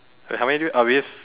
wait how many do are we